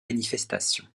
manifestation